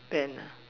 pen ah